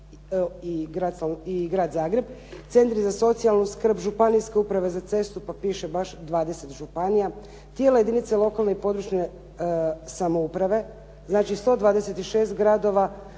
i grad Zagreb. Centri za socijalnu skrb Županijske uprave za cestu pa piše baš 20 županija, tijela jedinice lokalne i područne samouprave, znači 126 gradova,